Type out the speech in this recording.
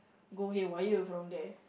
go haywire from there